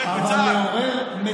אמסלם, להשקפה שלי.